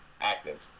active